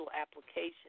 application